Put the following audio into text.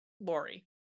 Lori